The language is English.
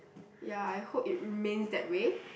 ya I hope it remains that way